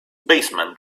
baseman